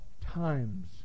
times